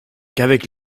qu’avec